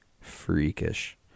freakish